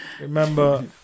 Remember